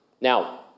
Now